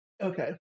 Okay